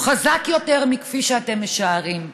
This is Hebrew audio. הוא חזק יותר מכפי שאתם משערים.